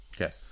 Okay